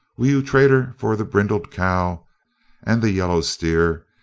will you trade her for the brindled cow and the yellow steer?